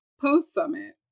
post-summit